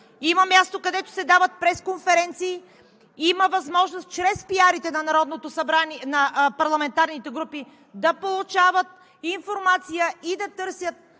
има място, където се дават пресконференции, има възможност чрез пиарите на парламентарните групи да получават информация и да търсят